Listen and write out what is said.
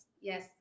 Yes